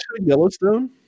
Yellowstone